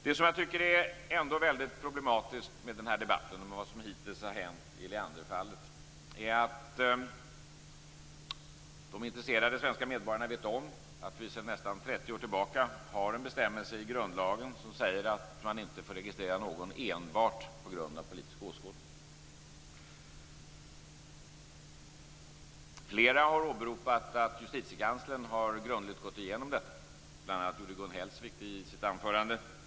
Det finns något som jag ändå tycker är problematiskt med den här debatten och det som hittills har hänt i Leanderfallet. De intresserade svenska medborgarna vet att vi sedan nästan 30 år tillbaka har en bestämmelse i grundlagen som säger att man inte får registrera någon enbart på grund av politisk åskådning. Flera har åberopat att justitiekanslern grundligt har gått igenom detta. Bl.a. gjorde Gun Hellsvik det i sitt anförande.